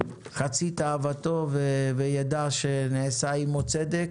רק חצי תאוותו ויידע שנעשה עמו צדק.